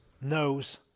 knows